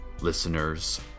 listeners